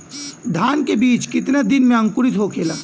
धान के बिज कितना दिन में अंकुरित होखेला?